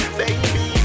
baby